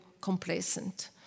complacent